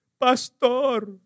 Pastor